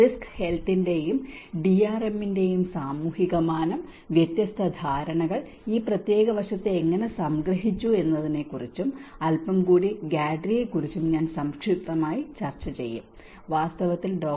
risk ഹെൽത്തിന്റെയും ഡിആർഎമ്മിന്റെയും സാമൂഹിക മാനം വ്യത്യസ്ത ധാരണകൾ ഈ പ്രത്യേക വശത്തെ എങ്ങനെ സംഗ്രഹിച്ചു എന്നതിനെക്കുറിച്ചും അൽപ്പം കൂടി ഗാഡ്രിയെ കുറിച്ചും ഞാൻ സംക്ഷിപ്തമായി ചർച്ച ചെയ്യും വാസ്തവത്തിൽ ഡോ